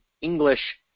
English